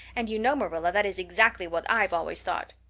and you know, marilla, that is exactly what i've always thought.